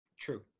true